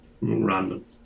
random